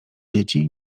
dzieci